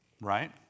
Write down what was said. right